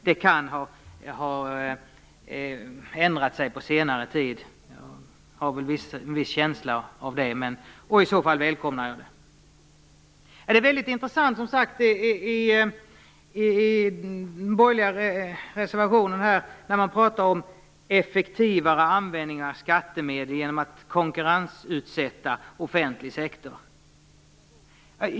Det kan ha ändrat sig på senare tid. Jag har en viss känsla av det. I så fall välkomnar jag det. Det är mycket intressant som sagts i den borgerliga reservationen, när man pratar om effektivare användning av skattemedel genom att konkurrensutsätta offentlig sektor.